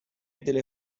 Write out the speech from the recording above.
delle